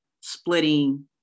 splitting